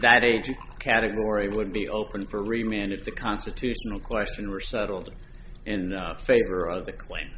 that age category would be open for remained at the constitutional question were settled in favor of the claim